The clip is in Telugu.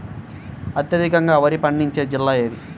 అత్యధికంగా వరి పండించే జిల్లా ఏది?